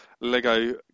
Lego